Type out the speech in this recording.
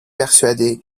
persuadé